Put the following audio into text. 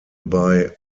bei